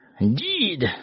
Indeed